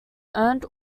earned